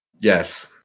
Yes